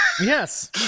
Yes